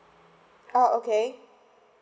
oh okay